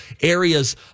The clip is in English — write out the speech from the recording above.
areas